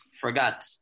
Forgot